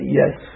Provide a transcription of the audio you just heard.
yes